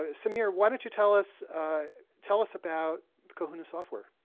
ah sameer, why don't you tell us tell us about kahuna software.